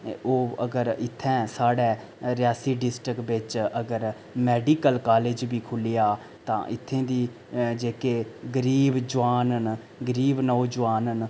ओह् अगर इत्थें साढ़े रियासी डिस्ट्रिक्ट बिच्च अगर मेडिकल कालेज बी खुल्ली जा तां इत्थें दी जेह्के गरीब जोआन न गरीब नौजोआन न